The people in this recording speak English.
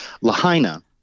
Lahaina